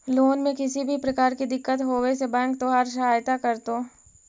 loan में किसी भी प्रकार की दिक्कत होवे से बैंक तोहार सहायता करतो